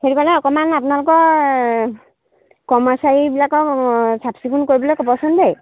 সেইটো কাৰণে অকণমান আপোনালোকৰ কৰ্মছাৰীবিলাকক চাফ চিকুণ কৰিবলৈ ক'বচোন দেই